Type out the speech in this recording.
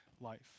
life